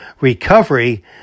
recovery